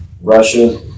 Russia